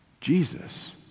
Jesus